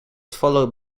followed